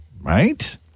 Right